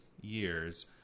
years